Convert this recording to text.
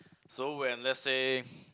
so when let's say